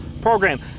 Program